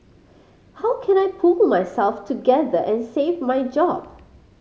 how can I pull myself together and save my job